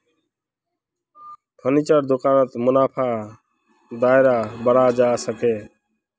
फर्नीचरेर दुकानत मुनाफार दायरा बढ़े जा छेक